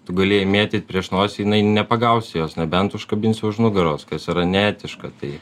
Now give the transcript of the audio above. tu gali jai mėtyt prieš nosį jinai nepagausi jos nebent užkabinsi už nugaros kas yra neetiška tai